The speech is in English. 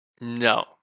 No